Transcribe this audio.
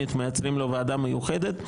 מייצרים לו ועדה אחרת,